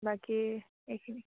বাকী এইখিনি